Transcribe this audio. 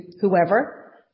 whoever